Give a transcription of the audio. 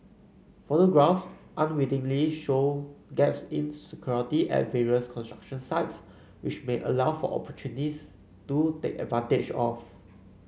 photographs unwittingly show gaps in security at various construction sites which may allow for opportunists to take advantage of